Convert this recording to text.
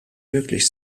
möglich